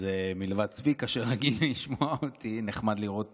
אז מלבד צביקה, שרגיל לשמוע אותי, נחמד לראות